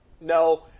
no